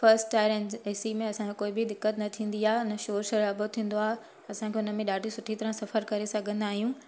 first टायरनि एं A C में असांखे कोई बि दिक़त न थींदी आहे हुन शोर शराबो थींदो आहे असांखे हुन में ॾाढी सुठी तरह सफ़रु करे सघंदा आहियूं